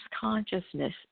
consciousness